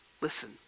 Listen